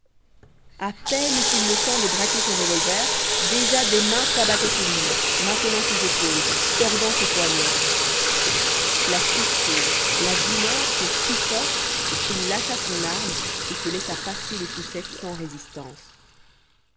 à peine eut-il le temps de braquer son revolver déjà des mains s'abattaient sur lui maintenant ses épaules tordant ses poignets la surprise la douleur furent si fortes qu'il lâcha son arme et se laissa passer les poucettes sans résistance